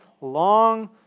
long